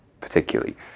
particularly